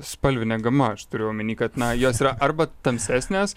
spalvinė gama aš turiu omeny kad na jos yra arba tamsesnės